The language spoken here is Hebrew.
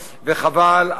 וחבל,